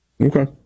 Okay